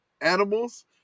animals